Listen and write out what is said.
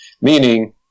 meaning